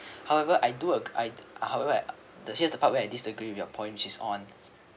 however I do uh I however uh here's the part where I disagree with your point which is on